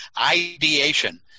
ideation